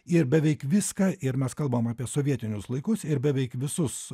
ir beveik viską ir mes kalbam apie sovietinius laikus ir beveik visus